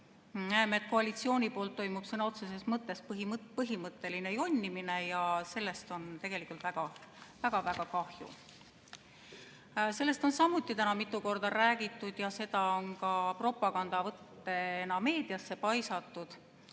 Näeme, et koalitsiooni poolt toimub sõna otseses mõttes põhimõtteline jonnimine ja sellest on tegelikult väga-väga kahju. Sellest on täna samuti mitu korda räägitud ja seda on ka propagandavõttena meediasse paisatud,